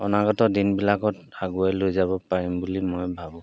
অনাগত দিনবিলাকত আগুৱাই লৈ যাব পাৰিম বুলি মই ভাবোঁ